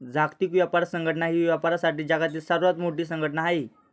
जागतिक व्यापार संघटना ही व्यापारासाठी जगातील सर्वात मोठी संघटना आहे